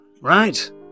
right